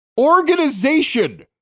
organization